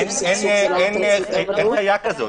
אין חיה כזאת.